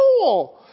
cool